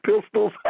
pistols